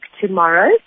tomorrow